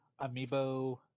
amiibo